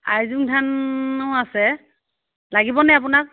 আইজোং ধানো আছে লাগিবনে আপোনাক